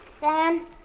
Dan